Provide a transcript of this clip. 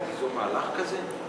אתה תיזום מהלך כזה?